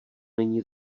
není